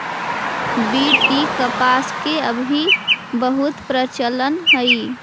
BT कपास के अभी बहुत प्रचलन हई